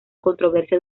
controversia